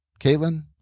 Caitlin